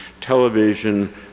Television